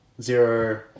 zero